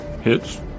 hits